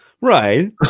right